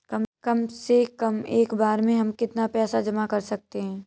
कम से कम एक बार में हम कितना पैसा जमा कर सकते हैं?